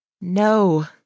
no